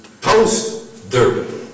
post-Durban